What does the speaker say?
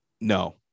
no